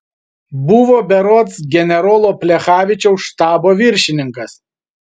buvo berods generolo plechavičiaus štabo viršininkas